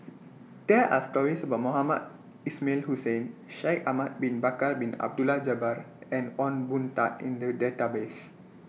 There Are stories about Mohamed Ismail Hussain Shaikh Ahmad Bin Bakar Bin Abdullah Jabbar and Ong Boon Tat in The Database